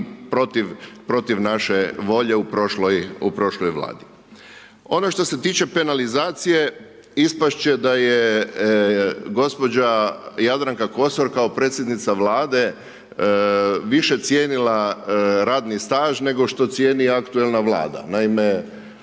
protiv naše volje u prošloj Vladi. Ono što se tiče penalizacije, ispasti će da je gospođa Jadranka Kosor kao predsjednica Vlade više cijenila radni staž, nego što cijeni aktualna Vlada.